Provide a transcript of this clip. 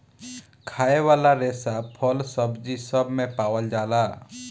खाए वाला रेसा फल, सब्जी सब मे पावल जाला